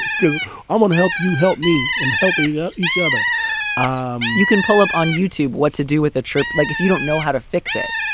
because i want to help you. help me in helping ah each other um you can pull up on youtube. what to do with a chip like if you don't know how to fix it?